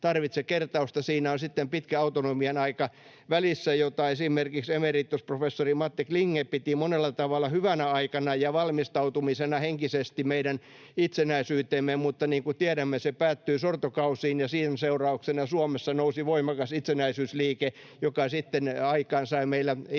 sitten pitkä autonomian aika välissä, jota esimerkiksi emeritusprofessori Matti Klinge piti monella tavalla hyvänä aikana ja valmistautumisena henkisesti meidän itsenäisyytemme, mutta niin kuin tiedämme, se päättyi sortokausiin ja sen seurauksena Suomessa nousi voimakas itsenäisyysliike, joka sitten aikaansai meillä itsenäisyyden